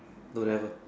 don't have